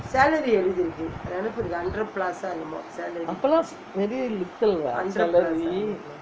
appalam very little [what] salary